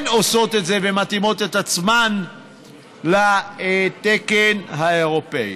עושות את זה ומתאימות את עצמן לתקן האירופי.